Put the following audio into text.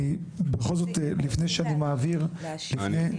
אני בכל זאת לפני שאני מעביר את